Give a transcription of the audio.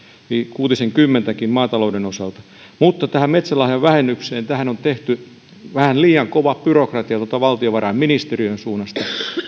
kuutisenkymmentäkin maatalouden osalta niin tähän metsälahjavähennykseen on tehty vähän liian kova byrokratia valtiovarainministeriön suunnasta